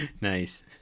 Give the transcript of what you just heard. Nice